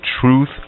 truth